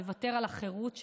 לוותר על החירות שלה,